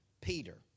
Peter